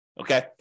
okay